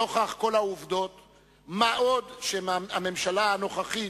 נוכח כל העובדות, מה עוד שהממשלה הנוכחית,